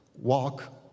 walk